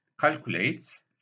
calculates